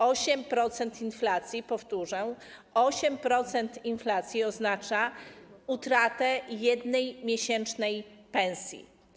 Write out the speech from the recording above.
8% inflacji - powtórzę: 8% inflacji - oznacza utratę jednej miesięcznej pensji.